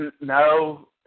No